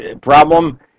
problem